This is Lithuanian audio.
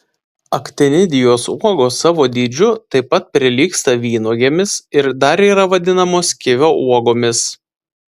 aktinidijos uogos savo dydžiu taip pat prilygsta vynuogėmis ir dar yra vadinamos kivio uogomis